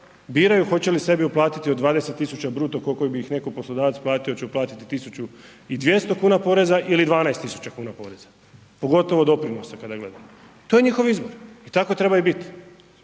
biraju hoće li sebi uplatiti od 20.000 bruto koliko bi ih neko poslodavac platio jel ću uplatiti 1.200 kuna poreza ili 12.000 kuna poreza, pogotovo doprinosa kada gledamo. To je njihov izbor i tako treba i biti